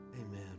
Amen